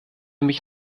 mich